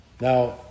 Now